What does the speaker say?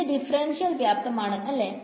ഇത് ഡിഫറെൻഷ്യൽ വ്യാപ്തം ആണ് അല്ലെ